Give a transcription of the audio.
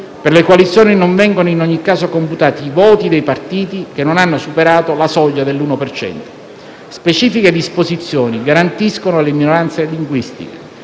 per le coalizioni non vengono in ogni caso computati i voti dei partiti che non hanno superato la soglia dell'uno per cento. Specifiche disposizioni garantiscono le minoranze linguistiche: